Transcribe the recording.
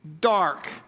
dark